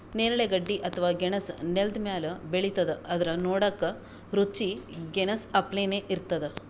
ನೇರಳೆ ಗಡ್ಡಿ ಅಥವಾ ಗೆಣಸ್ ನೆಲ್ದ ಮ್ಯಾಲ್ ಬೆಳಿತದ್ ಆದ್ರ್ ನೋಡಕ್ಕ್ ರುಚಿ ಗೆನಾಸ್ ಅಪ್ಲೆನೇ ಇರ್ತದ್